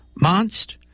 Monst